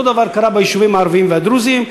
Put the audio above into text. אותו דבר קרה ביישובים הערביים והדרוזיים.